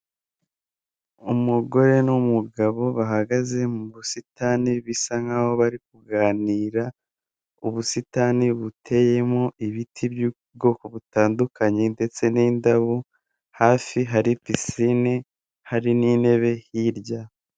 Umugore n'umugabo bahagaze mu busitani bisa nk'aho bari kuganira, ubusitani buteyemo ibiti by'ubwoko butandukanye ndetse n'indabo, hafi hari pisine hari n'intebe hirya.